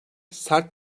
sert